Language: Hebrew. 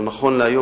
נכון להיום,